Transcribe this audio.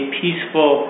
peaceful